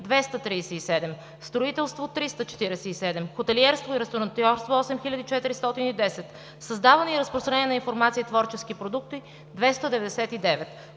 237; строителство – 347; хотелиерство и ресторантьорство – 8410; създаване и разпространение на информация и творчески продукти – 299;